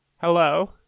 hello